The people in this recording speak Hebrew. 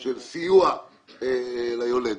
של סיוע ליולדת,